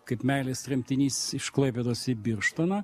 kaip meilės tremtinys iš klaipėdos į birštoną